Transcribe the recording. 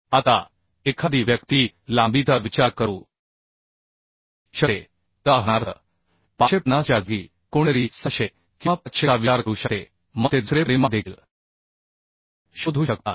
आता एखादी व्यक्ती लांबीचा विचार करू शकते उदाहरणार्थ 550 च्या जागी कोणीतरी 600 किंवा 500 चा विचार करू शकते मग ते दुसरे परिमाण देखील शोधू शकतात